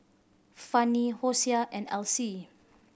Fannie Hosea and Alcee